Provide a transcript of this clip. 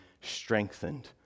strengthened